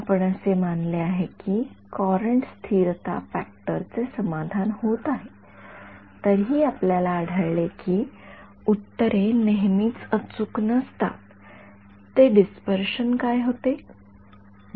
आपण असे मानले आहे की कॉऊरंट स्थिरता फॅक्टर चे समाधान होत आहे तरीही आपल्याला आढळले की उत्तरे नेहमीच अचूक नसतात ते डिस्पर्शन काय होते